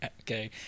Okay